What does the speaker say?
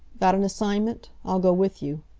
got an assignment? i'll go with you.